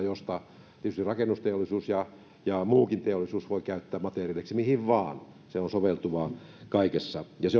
jota tietysti rakennusteollisuus ja ja muukin teollisuus voivat käyttää materiaaliksi mihin vain se on soveltuvaa kaikkeen se